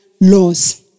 laws